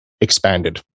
expanded